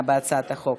קובעת כי הצעת חוק